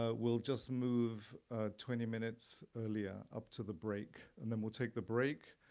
ah we'll just move twenty minutes earlier up to the break and then we'll take the break,